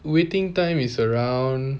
waiting time is around